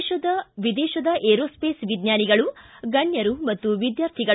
ದೇಶ ವಿದೇಶದ ಏರೋಸ್ವೇಸ್ ವಿಜ್ಞಾನಿಗಳು ಗಣ್ಯರು ಮತ್ತು ವಿದ್ಯಾರ್ಥಿಗಳು